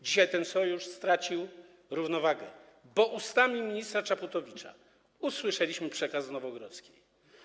Dzisiaj ten sojusz stracił równowagę, bo ustami ministra Czaputowicza usłyszeliśmy przekaz z Nowogrodzkiej.